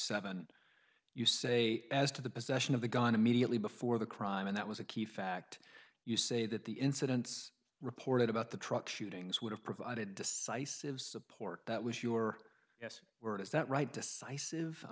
seven you say as to the possession of the gun immediately before the crime and that was a key fact you say that the incidents reported about the truck shootings would have provided decisive support that was your s word is that right decisive i